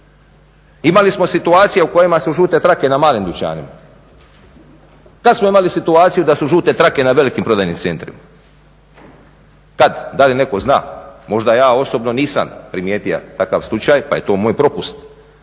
Imali smo situacija u kojima su žute trake na malim dućanima. Kada smo imali situaciju da su žute trake na velikim prodajnim centrima? Kad? Da li netko zna? Možda ja osobno nisam primijetio takav slučaj pa je to moj propust.